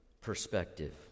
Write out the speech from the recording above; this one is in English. perspective